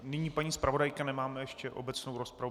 Nyní paní zpravodajka, nemáme ještě obecnou rozpravu.